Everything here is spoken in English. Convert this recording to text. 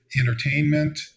entertainment